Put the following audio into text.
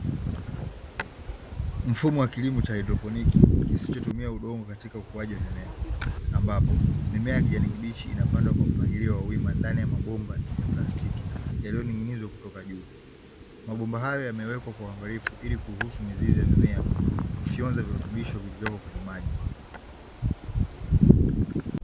Mfumo wa kilimo cha haidroponi kisichotumia udongo katika ukuaji wa mimea, ambapo mimea ya kijani kibichi inapandwa kwa mpangilio wa wima ndani ya mabomba ya plastiki yaliyoning'inizwa kutoka juu. Mabomba hayo yamewekwa kwa uangalifu ili kuruhusu mizizi ya mimea kufyonza virutubisho vilivyopo kwenye maji.